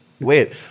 Wait